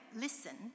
listen